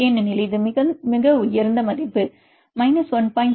ஏனெனில் இது மிக உயர்ந்த மதிப்பு 1